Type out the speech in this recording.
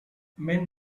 men